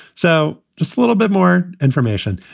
so just a little bit more information.